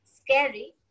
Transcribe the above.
Scary